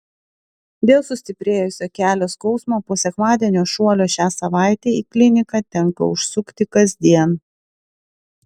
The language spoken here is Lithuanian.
dėl sustiprėjusio kelio skausmo po sekmadienio šuolio šią savaitę į kliniką tenka užsukti kasdien